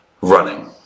running